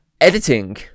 editing